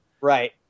Right